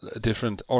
different